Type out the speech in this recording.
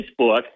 Facebook